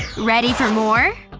ready for more?